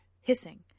hissing